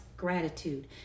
gratitude